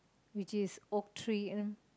which is Oak-Tree and